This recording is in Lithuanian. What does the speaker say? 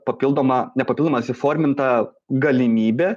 papildoma nepapildomas įforminta galimybė